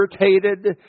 irritated